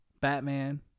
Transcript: Batman